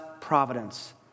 providence